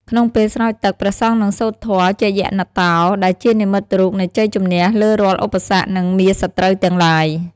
ក្នុងពេលស្រោចទឹក ព្រះសង្ឃនឹងសូត្រធម៌ជយន្តោ ដែលជានិមិត្តរូបនៃជ័យជម្នះលើរាល់ឧបសគ្គ និងមារសត្រូវទាំងឡាយ។